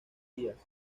días